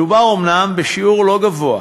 מדובר אומנם בשיעור לא גבוה,